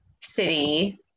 city